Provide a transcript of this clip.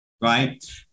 right